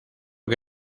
que